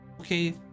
Okay